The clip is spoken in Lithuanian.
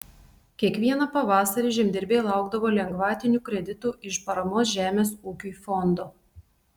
kiekvieną pavasarį žemdirbiai laukdavo lengvatinių kreditų iš paramos žemės ūkiui fondo